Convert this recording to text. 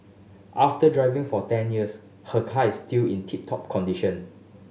after driving for ten years her car is still in tip top condition